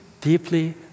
deeply